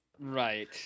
Right